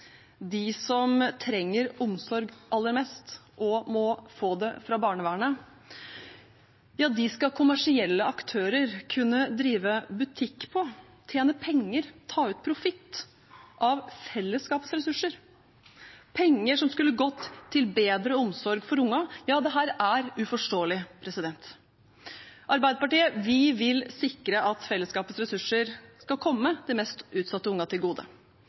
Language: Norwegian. de som trenger omsorg aller mest og må få det fra barnevernet, skal kommersielle aktører kunne drive butikk på, tjene penger på, ved å ta ut profitt av fellesskapets ressurser, penger som skulle gått til bedre omsorg for ungene. Ja, dette er uforståelig. Arbeiderpartiet vil sikre at fellesskapets ressurser kommer de mest utsatte ungene til gode,